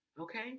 okay